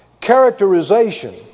characterization